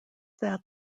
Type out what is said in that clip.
that